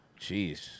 Jeez